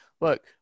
Look